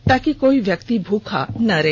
ताकि कोई व्याक्ति भूखा ना रहे